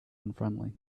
unfriendly